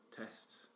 tests